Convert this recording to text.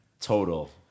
total